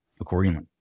accordingly